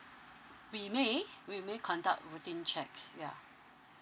we may we may conduct routine checks yeah